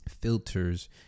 filters